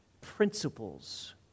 principles